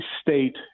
state